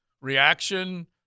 reaction